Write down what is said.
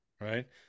Right